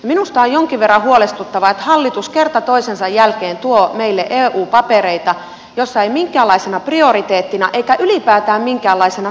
minusta on jonkin verran huolestuttavaa että hallitus kerta toisensa jälkeen tuo meille eu papereita joissa ei minkäänlaisena prioriteettina eikä ylipäätään minkäänlaisena kysymyksenä käsitellä tätä